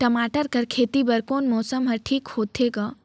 टमाटर कर खेती बर कोन मौसम हर ठीक होथे ग?